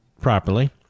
properly